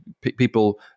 people